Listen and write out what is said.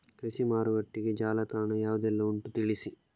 ಕೃಷಿ ಮಾರುಕಟ್ಟೆಗೆ ಜಾಲತಾಣ ಯಾವುದೆಲ್ಲ ಉಂಟು ತಿಳಿಸಿ